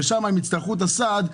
ושם הם יצטרכו את הסעד,